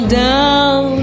down